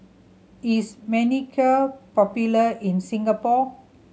is Manicare popular in Singapore